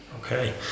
Okay